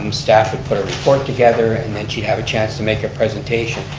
um staff would put a report together, and the and she'd have a chance to make a presentation.